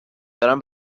دارن